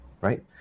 right